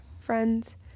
friends